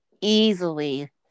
easily